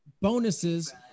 bonuses